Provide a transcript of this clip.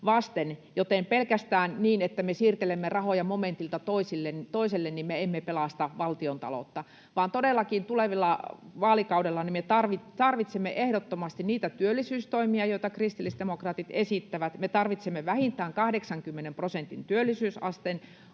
joten pelkästään niin, että me siirtelemme rahoja momentilta toiselle, me emme pelasta valtiontaloutta, vaan todellakin tulevalla vaalikaudella me tarvitsemme ehdottomasti niitä työllisyystoimia, joita kristillisdemokraatit esittävät, me tarvitsemme vähintään 80 prosentin työllisyysasteen,